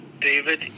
David